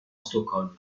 stockholm